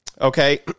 Okay